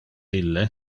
ille